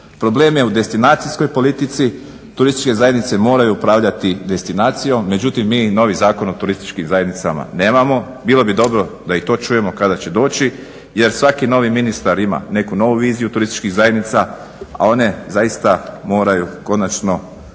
Problem je u destinacijskoj politici. Turističke zajednice moraju upravljati destinacijom. Međutim, mi novi Zakon o turističkim zajednicama nemamo. Bilo bi dobro da i to čujemo kada će doći jer svaki novi ministar ima neku novu viziju turističkih zajednica, a one zaista moraju konačno doći